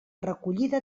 recollida